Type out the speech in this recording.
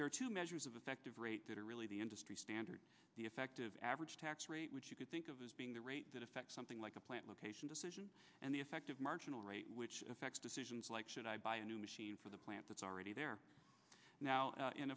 are two measures of effective rate that are really the industry standard the effective average tax rate which you could think of as being the rate that effects something like a plant location decision and the effect of marginal rate which affects decisions like should i buy a new machine for the plant that's already there now